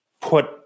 put